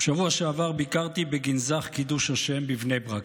בשבוע שעבר ביקרתי בגנזך קידוש השם בבני ברק,